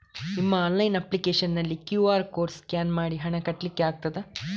ನಿಮ್ಮ online application ನಲ್ಲಿ QR code scan ಮಾಡಿ ಹಣ ಕಟ್ಲಿಕೆ ಆಗ್ತದ?